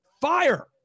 Fire